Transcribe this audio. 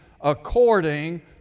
according